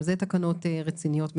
גם אלה תקנות רציניות מאוד.